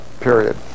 period